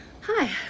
Hi